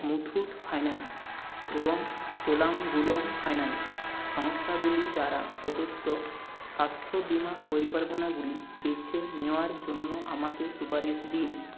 Muthoot finance এবং Cholamandalam finance সংস্থাগুলি দ্বারা প্রদত্ত স্বাস্থ্য বিমা পরিকল্পনাগুলি বেছে নেওয়ার জন্য আমাকে সুপারিশ দিন